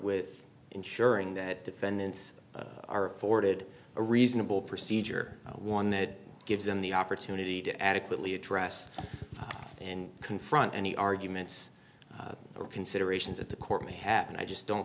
with ensuring that defendants are afforded a reasonable procedure one that gives them the opportunity to adequately address and confront any arguments or considerations that the court may have and i just don't